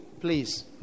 please